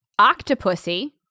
Octopussy